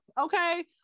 Okay